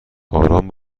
آرام